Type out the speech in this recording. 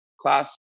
class